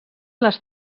les